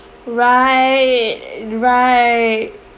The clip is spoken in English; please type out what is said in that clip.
right right